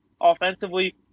offensively